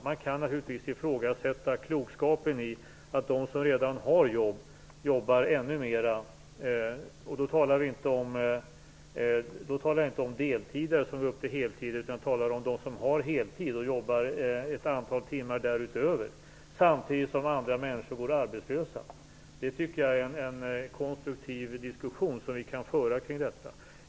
Man kan naturligtvis ifrågasätta klokskapen i att de som redan har jobb jobbar ännu mer - och då talar jag inte om deltidsarbetande som går upp till heltid utan om dem som har heltid och jobbar ett antal timmar därutöver - samtidigt som andra människor går arbetslösa. Det tycker jag är en konstruktiv diskussion, som vi gärna kan föra kring detta.